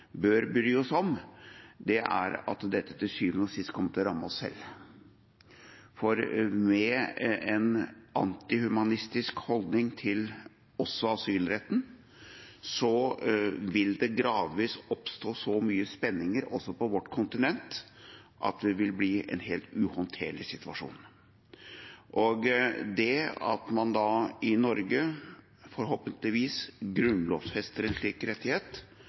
bør bry oss om, er at dette til syvende og sist kommer til å ramme oss selv, for med en antihumanistisk holdning også til asylretten vil det gradvis oppstå så mye spenninger også på vårt kontinent at det vil bli en helt uhåndterlig situasjon. Det at man i Norge forhåpentligvis grunnlovfester en slik rettighet,